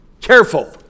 careful